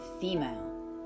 female